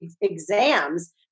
exams